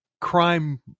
crime